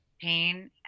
pain